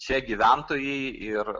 čia gyventojai ir